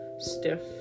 stiff